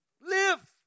live